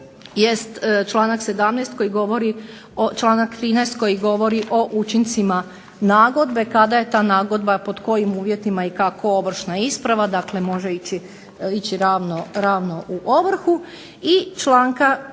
jest članak 13. koji govori o učincima nagodbe kada je ta nagodba i pod kojim uvjetima i kako ovršna isprava, dakle može ići ravno u ovrhu i članka